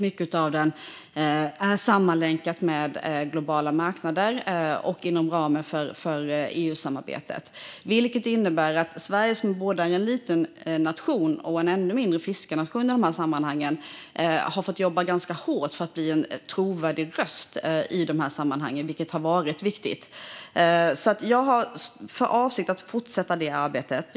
Mycket av den är sammanlänkad med globala marknader och är inom ramen för EU-samarbetet. Det innebär att Sverige, som är en liten nation och en ännu mindre fiskenation, i de sammanhangen har fått jobba ganska hårt för att bli en trovärdig röst, vilket har varit viktigt. Jag har för avsikt att fortsätta det arbetet.